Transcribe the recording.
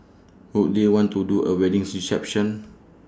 would they want to do A wedding reception